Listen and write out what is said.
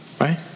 Right